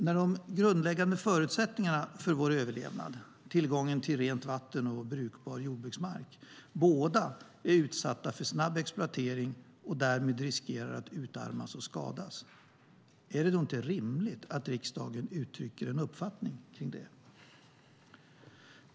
När de grundläggande förutsättningarna för vår överlevnad, tillgång till rent vatten och brukbar jordbruksmark, båda är utsatta för snabb exploatering och därmed riskerar att utarmas och skadas, är det då inte rimligt att riksdagen uttrycker en uppfattning kring det?